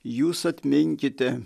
jūs atminkite